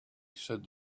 said